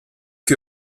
che